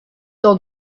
dans